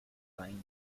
buying